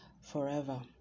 forever